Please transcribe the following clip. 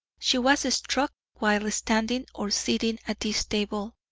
she was struck while standing or sitting at this table,